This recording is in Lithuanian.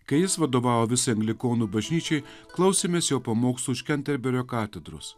kai jis vadovavo visai anglikonų bažnyčiai klausėmės jo pamokslų iš kenterberio katedros